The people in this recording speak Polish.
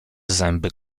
zęby